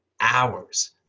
hours